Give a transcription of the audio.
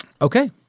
Okay